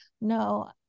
No